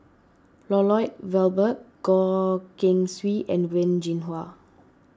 Lloyd Valberg Goh Keng Swee and Wen Jinhua